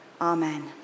Amen